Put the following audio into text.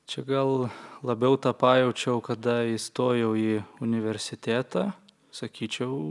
čia gal labiau tą pajaučiau kada įstojau į universitetą sakyčiau